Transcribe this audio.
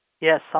Yes